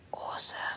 awesome